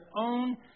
own